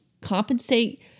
compensate